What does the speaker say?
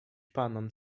panom